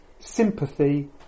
sympathy